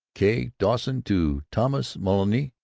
k. dawson to thomas mullally,